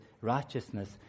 righteousness